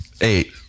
Eight